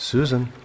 Susan